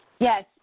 Yes